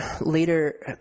later –